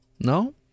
No